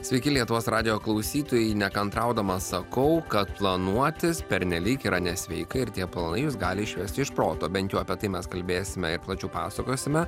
sveiki lietuvos radijo klausytojai nekantraudamas sakau kad planuotis pernelyg yra nesveika ir tie planai jus gali išvesti iš proto bent jau apie tai mes kalbėsime ir plačiau pasakosime